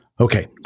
Okay